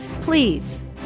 Please